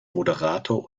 moderator